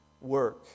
work